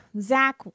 Zach